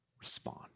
respond